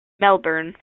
melbourne